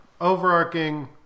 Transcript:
Overarching